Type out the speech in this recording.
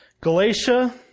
Galatia